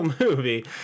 movie